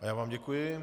Já vám děkuji.